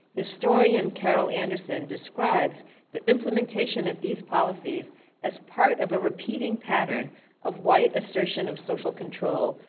historian carol anderson describes the implementation of these policies as part of a repeating pattern of white assertion of social control,